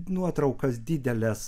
nuotraukas dideles